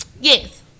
Yes